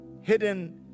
hidden